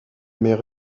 mer